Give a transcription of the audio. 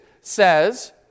says